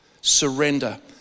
Surrender